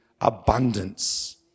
abundance